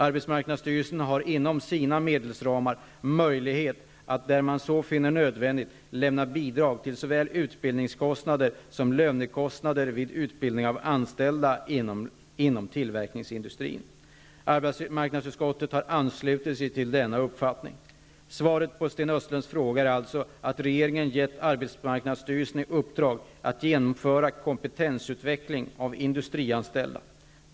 Arbetsmarknadsstyrelsen har inom sina medelsramar möjlighet att, där man så finner nödvändigt, lämna bidrag till såväl utbildningskostnader som lönekostnader vid utbildning av anställda inom tillverkningsindustrin. Arbetsmarknadsutskottet har anslutit sig till denna uppfattning. Svaret på Sten Östlunds fråga är alltså att regeringen har gett arbetsmarknadsstyrelsen i uppdrag att genomföra kompetensutveckling av industrianställda.